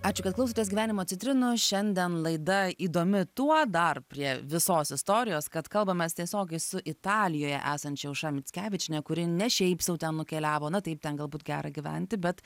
ačiū kad klausotės gyvenimo citrinų šiandien laida įdomi tuo dar prie visos istorijos kad kalbamės tiesiogiai su italijoje esančia aušra mickevičiene kuri ne šiaip sau ten nukeliavo na taip ten galbūt gera gyventi bet